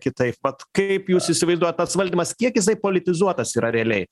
kitaip vat kaip jūs įsivaizduojat tas valdymas kiek jisai politizuotas yra realiai